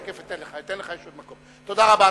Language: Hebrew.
תודה רבה.